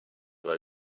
are